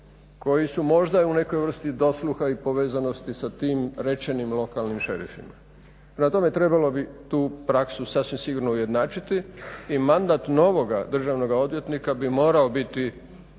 koji su možda i u nekoj vrsti dosluha i povezanosti sa tim rečenim lokalnim šerifima. Prema tome trebalo bi tu praksu sasvim sigurno ujednačiti i mandat novog državnog odvjetnika bi morao biti